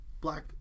black